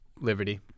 Liberty